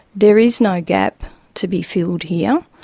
there is no gap to be filled here.